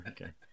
Okay